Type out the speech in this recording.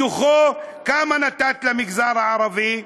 מתוכו, כמה נתת למגזר הערבי?